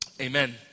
Amen